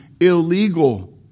illegal